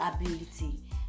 ability